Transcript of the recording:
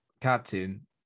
captain